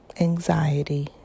anxiety